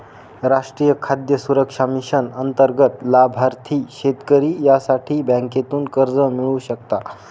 राष्ट्रीय खाद्य सुरक्षा मिशन अंतर्गत लाभार्थी शेतकरी यासाठी बँकेतून कर्ज मिळवू शकता